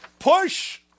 push